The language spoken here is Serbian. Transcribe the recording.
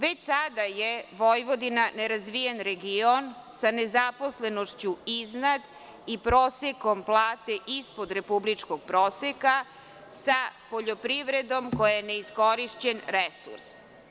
Već sada je Vojvodina nerazvijen region sa nezaposlenošću iznad i prosekom plate ispod republičkog proseka sa poljoprivredom koja je neiskorišćen resurs.